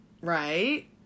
right